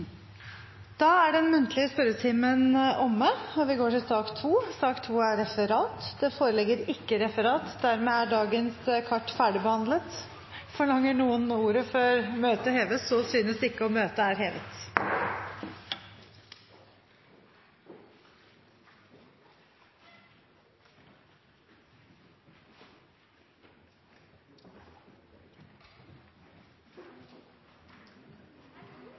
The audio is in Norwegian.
Da er den muntlige spørretimen omme. Det foreligger ikke referat. Dermed er dagens kart ferdigbehandlet. Forlanger noen ordet før møtet heves? – Møtet er hevet.